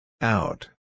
Out